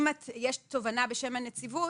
אם יש תובענה בשם הנציבות,